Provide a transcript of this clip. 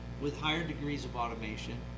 with higher degrees of automation,